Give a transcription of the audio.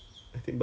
s~